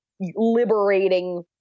liberating